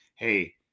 hey